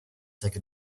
take